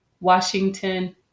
Washington